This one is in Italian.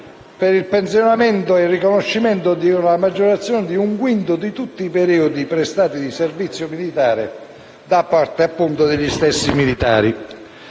per il pensionamento e il riconoscimento di una maggiorazione di un quinto per tutti i periodi prestati di servizio militare da parte, appunto, degli stessi militari.